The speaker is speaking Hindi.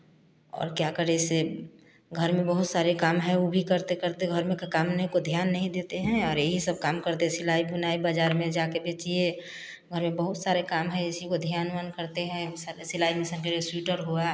और क्या करें इसे घर में बहुत सारे काम है वह भी करते करते घर में क काम नहीं को ध्यान नहीं देते हैं और यही सब काम करते सिलाई बुनाई बाज़ार में जाकर बेचिए घर में बहुत सारे काम है इसी को ध्यान उयान करते हैं वह सारे सिलाई उसन करे सूइटर हुआ